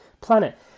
planet